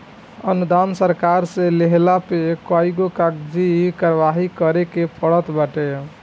अनुदान सरकार से लेहला पे कईगो कागजी कारवाही करे के पड़त बाटे